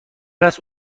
است